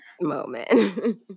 moment